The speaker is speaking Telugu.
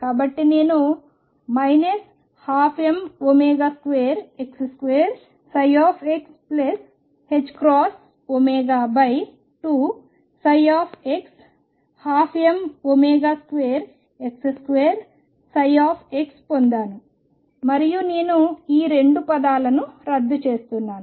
కాబట్టి నేను 12m2x2xℏω2x12m2x2 పొందాను మరియు నేను ఈ 2 పదాలను రద్దు చేస్తున్నాను